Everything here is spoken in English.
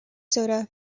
soda